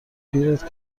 پیرت